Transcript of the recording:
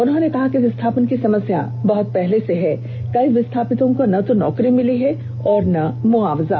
उन्होंने कहा कि विस्थापन की समस्या बहत पहले से है कई विस्थापितों को ना तो नौकरी मिली है और ना मुआवजा